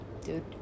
dude